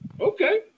Okay